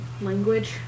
language